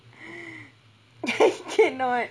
I cannot